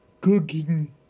cooking